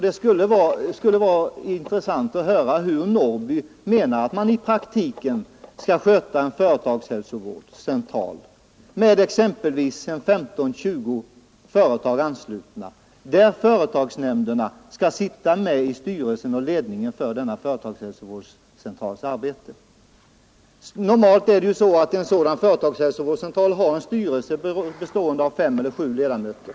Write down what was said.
Det skulle vara roligt att höra hur herr Norrby i Åkersberga menar att man i praktiken skall sköta en företagshälsovårdscentral med exempelvis 15—20 företag anslutna, där företagsnämnderna skall sitta med i styrelsen och leda arbetet. Normalt består styrelsen för en sådan företagshälsovårdscentral av 5—7 ledamöter.